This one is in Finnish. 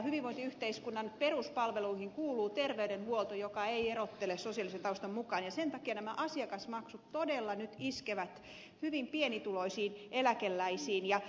hyvinvointiyhteiskunnan peruspalveluihin kuuluu terveydenhuolto joka ei erottele sosiaalisen taustan mukaan ja sen takia nämä asiakasmaksut todella nyt iskevät hyvin pienituloisiin eläkeläisiin